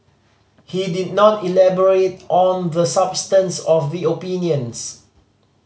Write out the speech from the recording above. he did not elaborate on the substance of the opinions